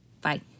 Bye